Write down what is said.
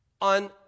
on